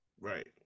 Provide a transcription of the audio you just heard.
right